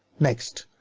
next,